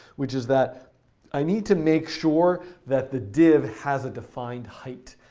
which is that i need to make sure that the div has a defined height.